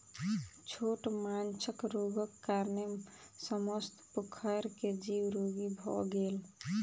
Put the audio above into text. छोट माँछक रोगक कारणेँ समस्त पोखैर के जीव रोगी भअ गेल